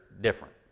different